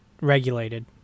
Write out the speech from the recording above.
regulated